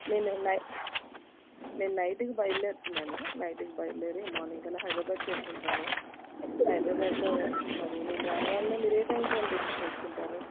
నేను నేను నైటుకి బయలుదేరుతున్నాను నైటుకి బయలుదేరి మార్నింగ్ కల్లా హైదరాబాద్ చేరుకుంటాను హైదరాబాద్లో మరి నేను రాగానే మీరు ఏ టైమ్కి నన్ను రిసీవ్ చేసుకుంటారు